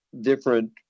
Different